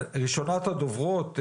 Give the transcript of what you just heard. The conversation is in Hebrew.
ראשונת הדוברות,